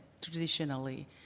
traditionally